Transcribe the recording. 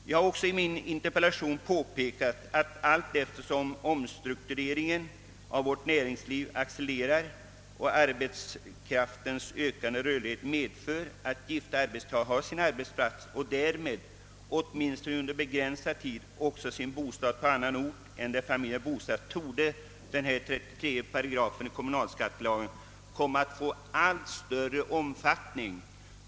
Jag har också i min interpellation påpekat att allteftersom omstruktureringen i vårt näringsliv accelererar och arbetskraftens ökande rörlighet medför att gifta arbetstagare har sin arbetsplats och därmed, åtminstone under begränsad tid, också sin bostad på annan ort än där familjen är bosatt, torde 33 § kommunalskattelagen komma att få allt större tillämpning.